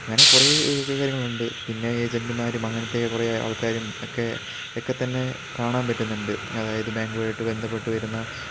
അങ്ങനെ കുറേ കാര്യങ്ങളുണ്ട് പിന്നെ ഏജൻറ്റ്മാരും അങ്ങനത്തെ കുറേ ആൾക്കാരും ഒക്കെ ഒക്കെത്തന്നെ കാണാൻ പറ്റുന്നുണ്ട് അതായത് ബാങ്കുമായിട്ട് ബന്ധപ്പെട്ട് വരുന്ന